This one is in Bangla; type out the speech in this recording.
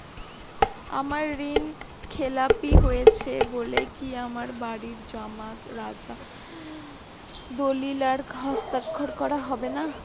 আমার ঋণ খেলাপি হয়েছে বলে কি আমার বাড়ির জমা রাখা দলিল আর হস্তান্তর করা হবে না?